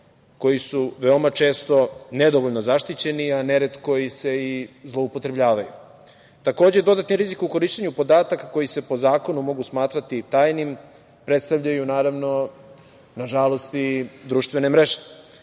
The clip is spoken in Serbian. koji su veoma često nedovoljno zaštićeni, a neretko se i zloupotrebljavaju. Takođe, dodatni rizik u korišćenju podataka koji se po zakonu mogu smatrati tajnim predstavljaju, naravno, nažalost i društvene mreže.